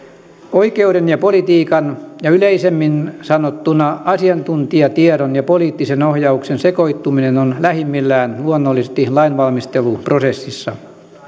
oikeuden ja politiikan ja yleisemmin sanottuna asiantuntijatiedon ja poliittisen ohjauksen sekoittuminen on lähimmillään luonnollisesti lainvalmisteluprosessissa